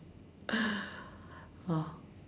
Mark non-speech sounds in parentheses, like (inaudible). (noise) !wah!